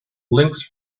links